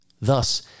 Thus